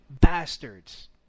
bastards